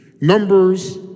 Numbers